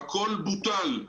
הכול בוטל.